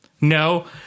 No